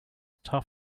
tough